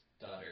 daughter